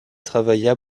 travailla